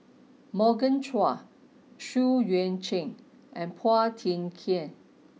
Morgan Chua Xu Yuan Zhen and Phua Thin Kiay